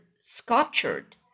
sculptured